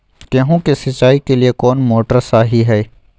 गेंहू के सिंचाई के लिए कौन मोटर शाही हाय?